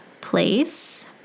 place